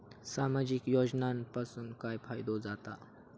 सामाजिक योजनांपासून काय फायदो जाता?